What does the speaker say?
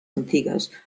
antigues